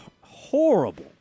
horrible